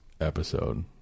episode